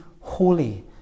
holy